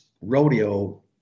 rodeo